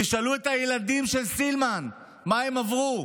תשאלו את הילדים של סילמן מה הם עברו.